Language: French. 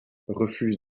refuse